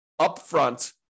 upfront